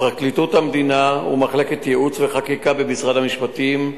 פרקליטות המדינה ומחלקת ייעוץ וחקיקה במשרד המשפטים,